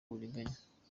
uburiganya